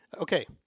Okay